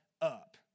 up